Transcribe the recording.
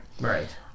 Right